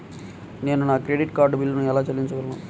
నేను నా credit card బిల్లును ఎలా చెల్లించగలను?